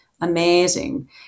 amazing